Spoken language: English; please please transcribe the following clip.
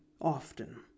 often